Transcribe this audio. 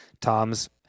Tom's